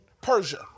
Persia